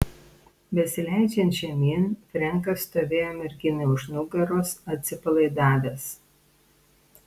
besileidžiant žemyn frenkas stovėjo merginai už nugaros atsipalaidavęs